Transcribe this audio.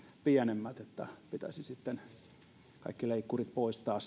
pienemmät eli pitäisi kaikki leikkurit poistaa